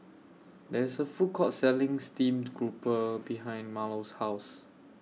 There IS A Food Court Selling Steamed Grouper behind Marlo's House